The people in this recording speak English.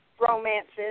romances